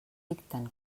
dicten